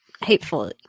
hateful